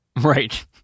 right